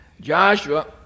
Joshua